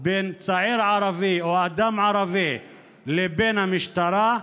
בין צעיר ערבי או אדם ערבי לבין המשטרה,